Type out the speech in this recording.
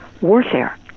warfare